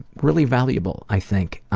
really valuable, i think.